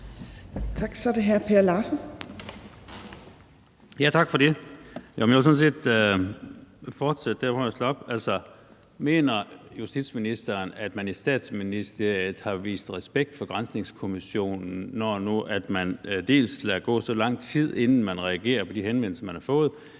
mener justitsministeren, at man i Statsministeriet har vist respekt for granskningskommissionen, når nu man dels lader der gå så lang tid, inden man reagerer på de henvendelser, man har fået,